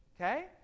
Okay